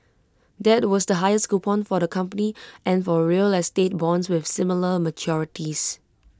that was the highest coupon for the company and for real estate bonds with similar maturities